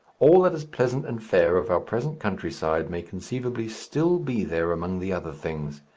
all that is pleasant and fair of our present countryside may conceivably still be there among the other things.